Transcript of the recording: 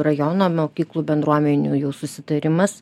rajono mokyklų bendruomenių jų susitarimas